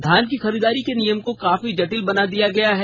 धान की खरीदारी के नियम को काफी जटिल बना दिया गया है